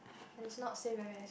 and it's not say very ex~